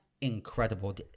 incredible